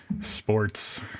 sports